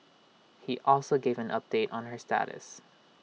he also gave an update on her status